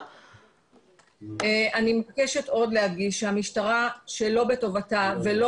אני מבקשת עוד להדגיש שהמשטרה, שלא בטובתה ולא